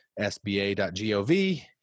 sba.gov